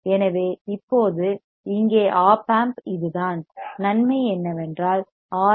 எனவே இப்போது இங்கே ஒப் ஆம்ப் இதுதான் நன்மை என்னவென்றால் ஆர்